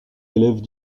élèves